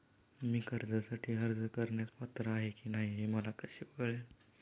मी कर्जासाठी अर्ज करण्यास पात्र आहे की नाही हे मला कसे कळेल?